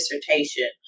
dissertation